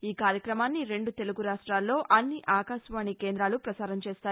ఈ కార్యక్రమాన్ని రెండు తెలుగు రాష్ట్రాలలో అన్ని ఆకాశవాణి కేంద్రాలూ ప్రపసారం చేస్తాయి